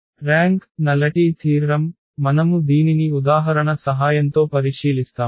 rank శూన్య సిద్ధాంతం మనము దీనిని ఉదాహరణ సహాయంతో పరిశీలిస్తాము